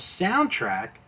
soundtrack